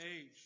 age